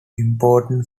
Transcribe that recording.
important